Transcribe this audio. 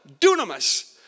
dunamis